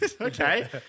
Okay